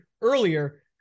earlier